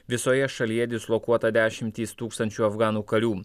visoje šalyje dislokuota dešimtys tūkstančių afganų karių